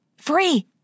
Free